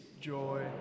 joy